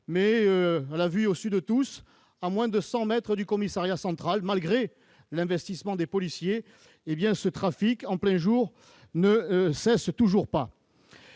mais à la vue et au su de tous, et ce à moins de 100 mètres du commissariat central, malgré l'investissement des policiers. Eh bien, ce trafic en plein jour ne cesse toujours pas